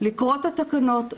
לקרוא את התקנות,